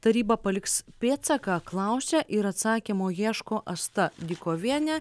taryba paliks pėdsaką klausia ir atsakymo ieško asta dykovienė